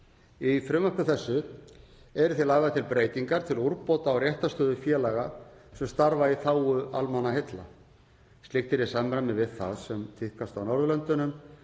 Í frumvarpi þessu eru því lagðar til breytingar til úrbóta á réttarstöðu félaga sem starfa í þágu almannaheilla. Slíkt er í samræmi við það sem tíðkast á Norðurlöndunum